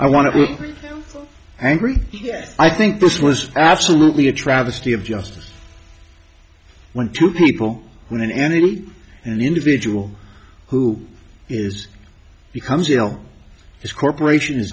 i want to be angry yes i think this was absolutely a travesty of justice when two people when an enemy an individual who is becomes you know this corporation is